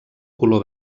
color